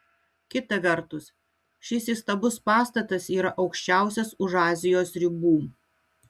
kita vertus šis įstabus pastatas yra aukščiausias už azijos ribų